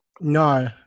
no